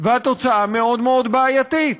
והתוצאה מאוד בעייתית.